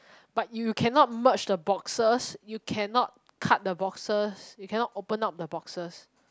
but you cannot merge the boxes you cannot cut the boxes you cannot open up the boxes